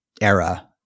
era